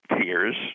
tears